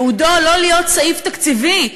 ייעודו לא להיות סעיף תקציבי,